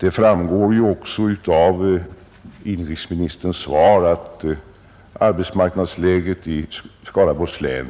Det framgår också av inrikesministerns svar att arbetsmarknadsläget i Skaraborgs län